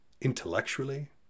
intellectually